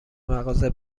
مغازه